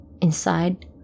Inside